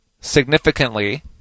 significantly